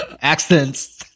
Accents